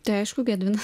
tai aišku gedvinas